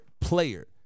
player